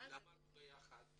למה לא יחד?